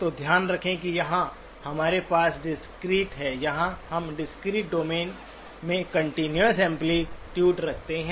तो ध्यान रखें कि यहाँ हमारे पास डिस्क्रीट है यहाँ हम डिस्क्रीट डोमेन में कंटीन्यूस एम्पलीटूडे रखते हैं